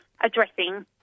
addressing